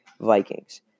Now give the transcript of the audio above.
Vikings